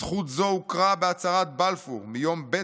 "זכות זו הוכרה בהצהרת בלפור מיום ב'